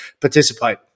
participate